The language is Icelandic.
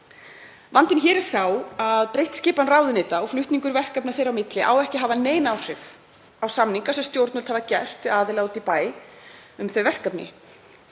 Vandinn hér er sá að breytt skipan ráðuneyta og flutningur verkefna þeirra á milli á ekki að hafa nein áhrif á samninga sem stjórnvöld hafa gert við aðila úti í bæ um þau verkefni.